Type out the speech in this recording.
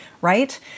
Right